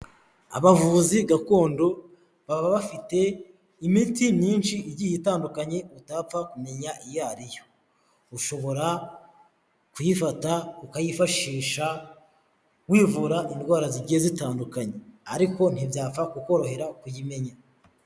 Abavuzi gakondo baba bafite imiti myinshi igiye itandukanye utapfa kumenya iyo ariyo, ushobora kuyifata ukayifashisha wivura indwara zigiye zitandukanye, ariko ntibyapfa ku kukorohera kuyimenya.